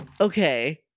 Okay